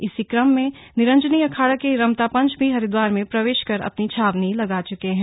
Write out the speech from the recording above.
इसी क्रम में निरंजनी अखाड़ा के रमता पंच भी हरिदवार में प्रवेश कर अपनी छावनी लगा चुके हैं